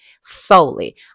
solely